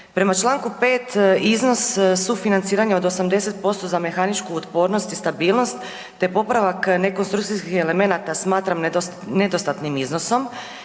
Prema čl. 5. iznos sufinanciranja od 80% za mehaničku otpornost i stabilnost te popravak nekonstrukcijskih elemenata smatram nedostatnim iznosom